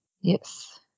Yes